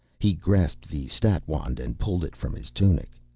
he grasped the stat-wand and pulled it from his tunic.